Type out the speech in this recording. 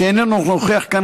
שאיננו נוכח כאן,